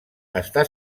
està